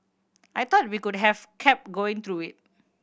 I thought we could have kept going through it